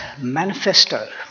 Manifesto